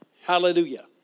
Hallelujah